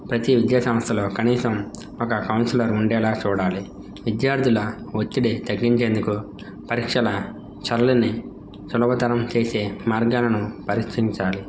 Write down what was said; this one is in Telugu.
ప్రతీ విద్యాసంస్థలో కనీసం ఒక కౌన్సిలర్ ఉండేలా చూడాలి విద్యార్థుల ఒత్తిడి తగ్గించేందుకు పరీక్షల చల్లని సులభతరం చేసే మార్గాలను పరీక్షించాలి